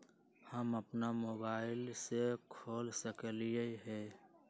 हम अपना मोबाइल से खोल सकली ह?